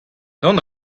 dont